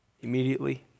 immediately